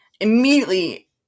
immediately